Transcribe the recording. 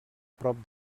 prop